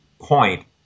point